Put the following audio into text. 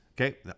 okay